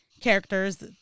characters